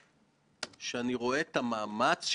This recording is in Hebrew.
כמו כל סקטור אחר,